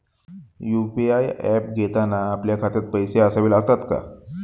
UPI app घेताना आपल्या खात्यात पैसे असावे लागतात का?